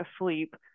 asleep